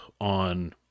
on